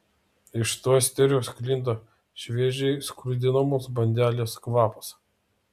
iš tosterio sklinda šviežiai skrudinamos bandelės kvapas